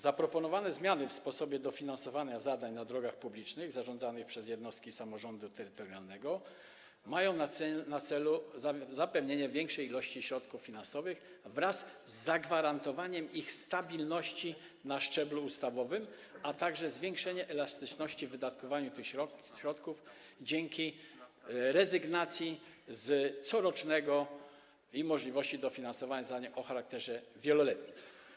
Zaproponowane zmiany w sposobie dofinansowania zadań na drogach publicznych zarządzanych przez jednostki samorządu terytorialnego mają na celu zapewnienie większej ilości środków finansowych wraz z zagwarantowaniem ich stabilności na szczeblu ustawowym, a także zwiększenie elastyczności w wydatkowaniu tych środków dzięki rezygnacji z planowania corocznego i możliwości dofinansowania zadań o charakterze wieloletnim.